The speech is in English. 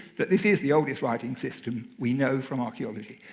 that this is the oldest writing system we know from archaeology.